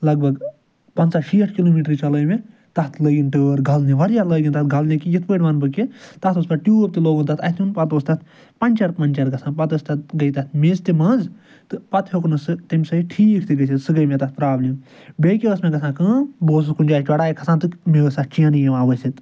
لَگ بھگ ٲں پَنٛژاہ شیٹھ کِلوٗمیٖٹر چَلٲو مےٚ تَتھ لٲگِن ٹٲر گَلنہِ واریاہ لٲگن تَتھ گلنہِ کہِ یِتھ پٲٹھۍ وَنہٕ بہٕ کہِ تَتھ اوس پٮ۪ٹھہٕ ٹیٛوب تہٕ لوٚگمُت تتھ اَتھہِ یُن پتہٕ اوس تَتھ پَنٛچر پَنٛچر گژھان پتہٕ ٲسۍ تَتھ گٔے تتھ میژ تہٕ منٛز تہٕ پَتہٕ ہیٛوک نہٕ سُہ تَمہِ سۭتۍ ٹھیٖک تہِ گٔژِتھ سۄ گٔے مےٚ تَتھ پرٛابلِم بیٚیہِ کیٛاہ ٲسۍ مےٚ گژھان کٲم بہٕ اوسُس کُنہِ جایہِ چَڑایہِ کھسان تہٕ مےٚ ٲسۍ اَتھ چینٕے یِوان ؤسِتھ